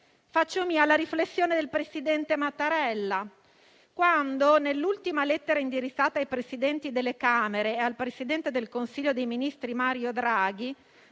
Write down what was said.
Faccio mia la riflessione del presidente Mattarella quando, nell'ultima lettera indirizzata ai Presidenti delle Camere e al presidente del Consiglio dei ministri, Mario Draghi,